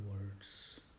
words